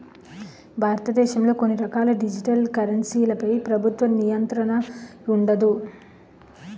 భారతదేశంలో కొన్ని రకాల డిజిటల్ కరెన్సీలపై ప్రభుత్వ నియంత్రణ ఉండదు